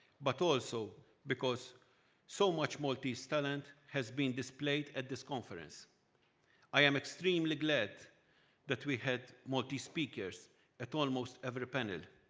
but also because so much maltese talent has been displayed at this conference i'm extremely glad that we had maltese speakers at almost every panel,